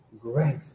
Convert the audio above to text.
grace